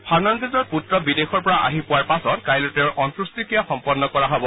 ফাৰ্ণাণ্ডেজৰ পুত্ৰ বিদেশৰ পৰা আহি পোৱাৰ পাছত কাইলৈ তেওঁৰ অন্তেষ্ট্ৰিঃক্ৰিয়া সম্পন্ন কৰা হ'ব